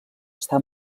està